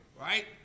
right